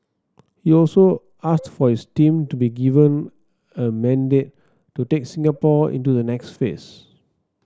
he also asked for his team to be given a mandate to take Singapore into the next phase